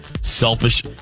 selfish